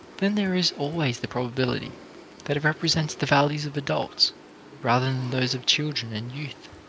then there is always the probability that it represents the values of adults rather than those of children and youth,